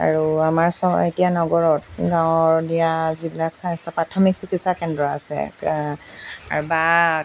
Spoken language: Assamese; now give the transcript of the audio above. আৰু আমাৰ চ এতিয়া নগৰত গাঁৱৰ দিয়া যিবিলাক স্বাস্থ্য প্ৰাথমিক চিকিৎসা কেন্দ্ৰ আছে বা